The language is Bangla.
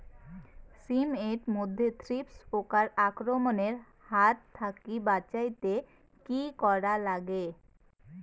শিম এট মধ্যে থ্রিপ্স পোকার আক্রমণের হাত থাকি বাঁচাইতে কি করা লাগে?